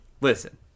listen